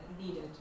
needed